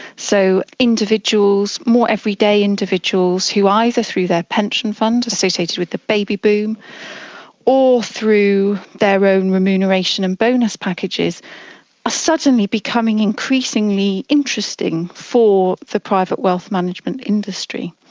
so individuals, more everyday individuals who either through their pension fund associated with the baby-boom or through their own remuneration and bonus packages are suddenly becoming increasingly interesting for the private wealth management industry.